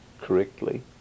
correctly